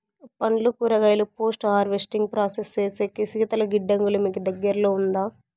పండ్లు కూరగాయలు post harvesting process సేసేకి శీతల గిడ్డంగులు మీకు దగ్గర్లో ఉందా?